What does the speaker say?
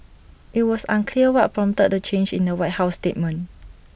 IT was unclear what prompted the change in the white house statement